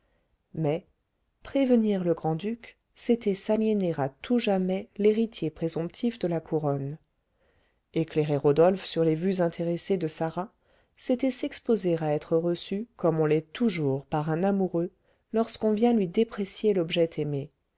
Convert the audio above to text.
mais prévenir le grand-duc c'était s'aliéner à tout jamais l'héritier présomptif de la couronne éclairer rodolphe sur les vues intéressées de sarah c'était s'exposer à être reçu comme on l'est toujours par un amoureux lorsqu'on vient lui déprécier l'objet aimé